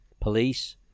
police